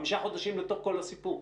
חמישה חודשים לתוך כל הסיפור.